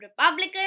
republican